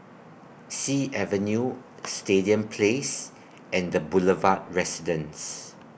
Sea Avenue Stadium Place and The Boulevard Residence